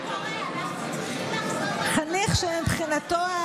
חניך שמבחינתו,